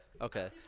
Okay